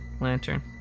lantern